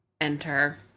enter